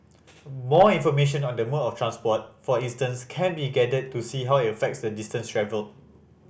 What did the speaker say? more information on the mode of transport for instance can be gathered to see how it affects the distance travelled